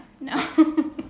no